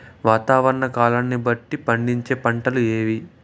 వాతావరణ కాలాన్ని బట్టి పండించే పంటలు ఏవి?